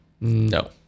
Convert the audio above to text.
No